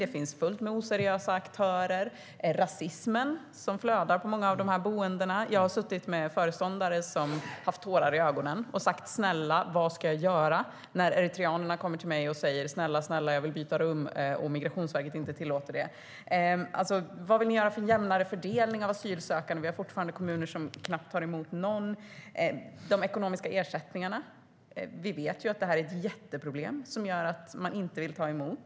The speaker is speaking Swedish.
Det finns fullt med oseriösa aktörer. Rasismen flödar på många av de här boendena. Jag har suttit med föreståndare som har haft tårar i ögonen och sagt: Vad ska jag göra när eritreanerna kommer till mig och säger "Snälla, jag vill byta rum" och Migrationsverket inte tillåter det? Vad vill ni göra för en jämnare fördelning av asylsökande? Vi har fortfarande kommuner som knappt tar emot någon. Hur är det med de ekonomiska ersättningarna? Vi vet att det är ett jätteproblem som gör att kommunerna inte vill ta emot.